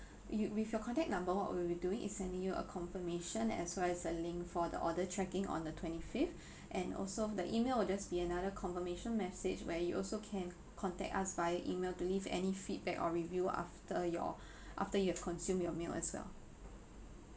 you with your contact number what we will be doing is sending you a confirmation as well as a link for the order tracking on the twenty fifth and also the email will just be another confirmation message where you also can contact us via email to leave any feedback or review after your after you have consumed your meal as well